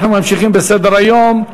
אנחנו ממשיכים בסדר-היום.